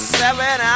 seven